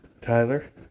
Tyler